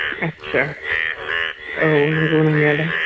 आस्सा औ नंगौ नंनायालाय